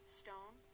stone